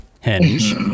Hinge